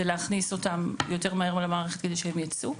להכניס אותם יותר מהר מול המערכת כדי שהם ייצאו.